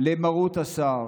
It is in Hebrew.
למרות השר,